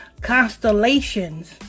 constellations